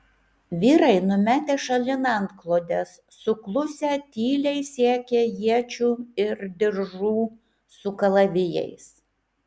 vyrai numetę šalin antklodes suklusę tyliai siekė iečių ir diržų su kalavijais